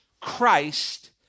Christ